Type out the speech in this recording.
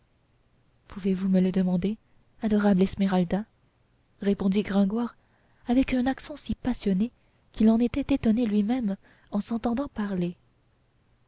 pouvez-vous me le demander adorable esmeralda répondit gringoire avec un accent si passionné qu'il en était étonné lui-même en s'entendant parler